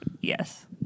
yes